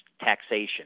taxation